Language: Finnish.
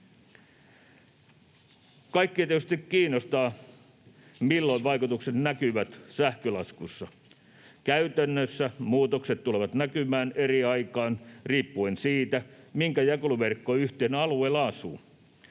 Kaikkia tietysti kiinnostaa, milloin vaikutukset näkyvät sähkölaskussa. Käytännössä muutokset tulevat näkymään eri aikaan riippuen siitä, minkä jakeluverkkoyhtiön alueella asuu.